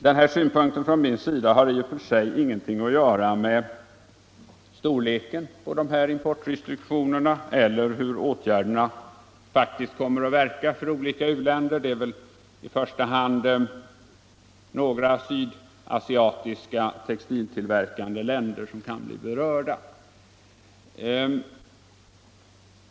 Den här synpunkten från min sida har i och för sig ingenting att göra med storleken på importrestriktionerna eller med hur åtgärderna faktiskt kommer att verka för olika u-länder — det är väl i första hand några sydasiatiska textiltillverkande länder som kan bli berörda.